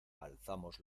alzamos